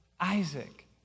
Isaac